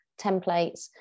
templates